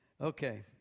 Okay